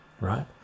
right